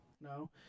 no